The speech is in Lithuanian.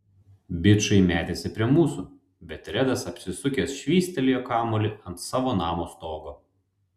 bičai metėsi prie mūsų bet redas apsisukęs švystelėjo kamuolį ant savo namo stogo